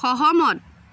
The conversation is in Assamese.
সহমত